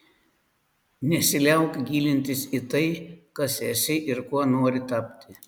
nesiliauk gilintis į tai kas esi ir kuo nori tapti